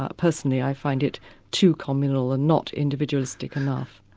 ah personally, i find it too communal, and not individualistic enough.